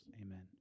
Amen